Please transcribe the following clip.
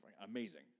amazing